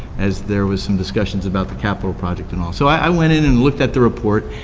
as there was some discussions about the capital project and all. so i went in and looked at the report,